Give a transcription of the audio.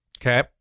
Okay